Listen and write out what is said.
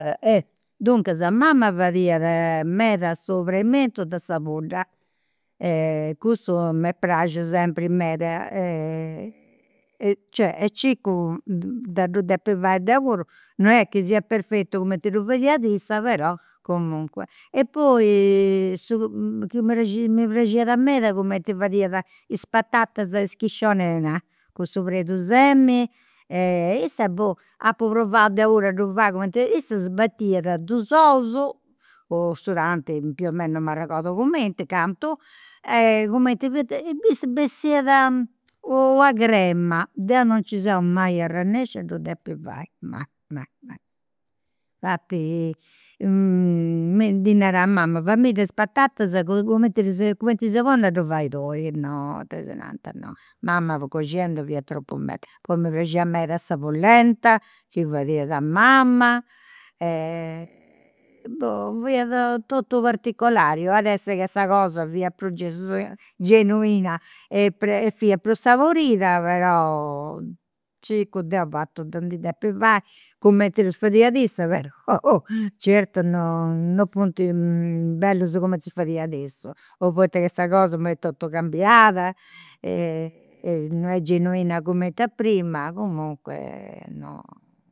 Duncas mama fadiat meda su prenimentu de sa pudda, cussu m'est praxiu sempri meda e cioè e circu de ddu depi fai deu puru, non est chi siat perfetu cumenti ddu fadiat issa però, comunque. E poi su chi mi praxiat meda cumenti fadiat is patatas a schiscionera, cun su perdusemini, e issa apu provau deu puru a ddu fai a issa sbatiat dus ous o su tanti più o meno non m'arregodu cumenti cantu, e cumenti fadiat bessiat una crema, deu non nci seu mai arrennescia a ddu depi fai, mai mai, mai. Infati ddi narà, mama faimidda is patatas cumenti cumenti ses bona a ddu fai tui, no, tesinanta, no. Mama coxinendi fiat tropu meda, poi mi praxiat meda sa pulenta chi fadiat mama e boh fiat totu particolari o iat essi che sa cosa fiat prus gesui genuina e pre e fiat prus saborida, però circu deu fatu de ndi depi fai ddus fadiat issa però certu non funt bellus cumenti ddus fadiat issa, o poita che sa cosa imui est totu cambiat e non est genuina cumenti a prima, comunque no